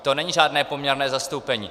To není žádné poměrné zastoupení.